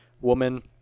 woman